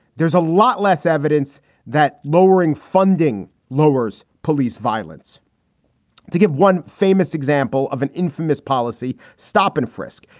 there's a lot less evidence that lowering funding lowers police violence to give one famous example of an infamous policy stop and frisk.